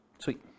Sweet